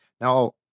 Now